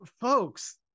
folks